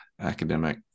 academic